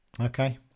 okay